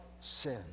sin